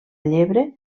llebre